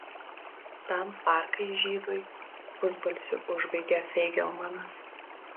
tam parkai žydui pusbalsiu užbaigė feigelmanas